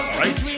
right